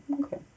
okay